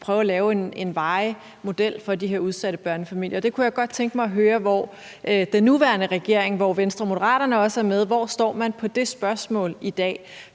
prøve at lave en varig model for de her udsatte børnefamilier. Jeg kunne godt tænke mig at høre, hvor den nuværende regering, som Venstre og Moderaterne også er med i, står på det spørgsmål i dag.